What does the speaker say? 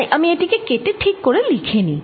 তাই আমি এটিকে কেটে ঠিক করে লিখে নিই